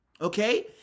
Okay